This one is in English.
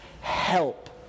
help